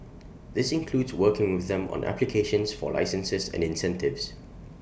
this includes working with them on applications for licenses and incentives